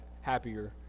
happier